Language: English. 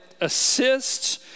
assists